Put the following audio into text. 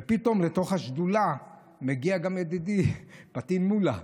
ופתאום לתוך השדולה מגיע גם ידידי פטין מולא.